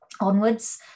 onwards